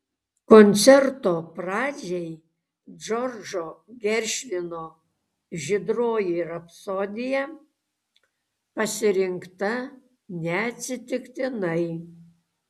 koncerto pradžiai džordžo geršvino žydroji rapsodija pasirinkta neatsitiktinai